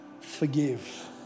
forgive